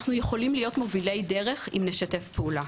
אנחנו יכולים להיות מובילי דרך אם נשתף פעולה.